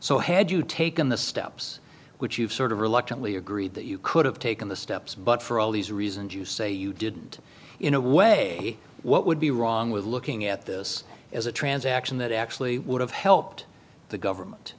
so had you taken the steps which you've sort of reluctantly agreed that you could have taken the steps but for all these reasons you say you didn't in a way what would be wrong with looking at this as a transaction that actually would have helped the government